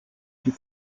die